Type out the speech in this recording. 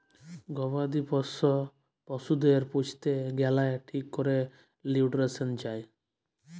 গবাদি পশ্য পশুদের পুইসতে গ্যালে ঠিক ক্যরে লিউট্রিশল চায়